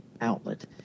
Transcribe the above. outlet